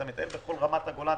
אתה מטייל בכל רמת הגולן,